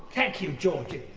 thank you, georgie.